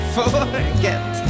forget